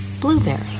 Blueberry